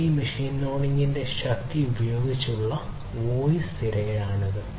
AI machine ലേണിംഗിന്റെ ശക്തി ഉപയോഗിച്ചുള്ള വോയ്സ് തിരയലാണിത്